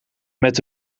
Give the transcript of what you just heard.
met